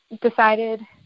decided